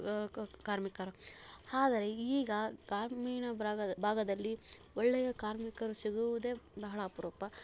ಕಾರ್ಮಿಕರು ಆದರೆ ಈಗ ಗ್ರಾಮೀಣ ಭಾಗ ಭಾಗದಲ್ಲಿ ಒಳ್ಳೆಯ ಕಾರ್ಮಿಕರು ಸಿಗುವುದೇ ಬಹಳ ಅಪರೂಪ